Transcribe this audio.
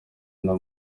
nka